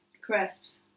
Crisps